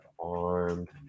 armed